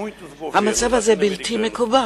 המצב הזה בלתי מקובל,